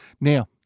Now